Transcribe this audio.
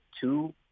two